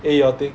eh your think~